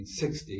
1960